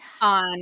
on